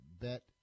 Bet